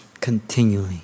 continually